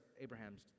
Abraham's